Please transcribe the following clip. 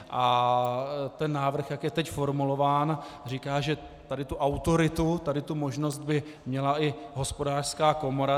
A ten návrh, jak je teď formulován, říká, že tady tu autoritu, tady tu možnost by měla i Hospodářská komora.